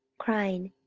crying,